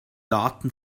daten